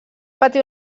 patir